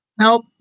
Nope